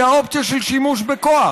היא האופציה של שימוש בכוח.